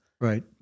Right